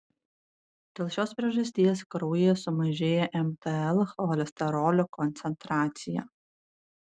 dėl šios priežasties kraujyje sumažėja mtl cholesterolio koncentracija